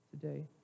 today